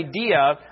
idea